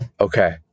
Okay